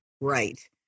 Right